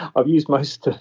i've used most of